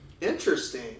interesting